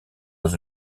dans